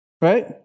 Right